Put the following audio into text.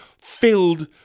filled